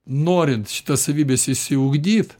norint šitas savybes išsiugdyt